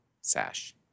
Sash